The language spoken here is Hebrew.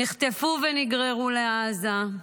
נחטפו ונגררו לעזה.